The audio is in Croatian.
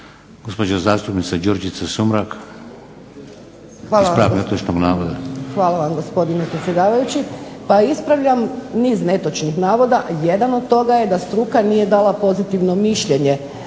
Gospođa zastupnica Đurđica Sumrak, ispravak netočnog navoda. **Sumrak, Đurđica (HDZ)** Hvala vam gospodine predsjedavajući. Pa ispravljam niz netočnih navoda, jedan od toga je da struka nije dala pozitivno mišljenje